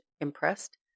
impressed